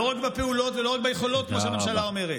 לא רק בפעולות ולא רק ביכולות, כמו שהממשלה אומרת,